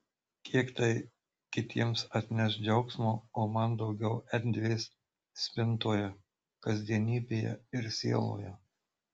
kiek tai kitiems atneš džiaugsmo o man daugiau erdvės spintoje kasdienybėje ir sieloje